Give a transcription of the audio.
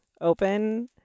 open